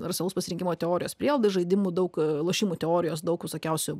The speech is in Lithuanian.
narsaus pasirinkimo teorijos prielaida žaidimų daug lošimų teorijos daug visokiausių